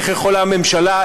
איך יכולה הממשלה,